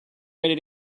ready